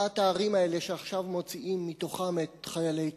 הערים האלה שעכשיו מוציאים מתוכן את חיילי צה"ל.